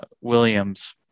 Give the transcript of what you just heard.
Williams